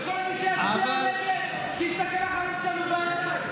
כל מי שיצביע נגד, שיסתכל לחיילים שלנו בעיניים.